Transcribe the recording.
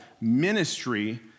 ministry